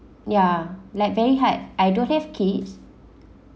ya like very hard I don't have kids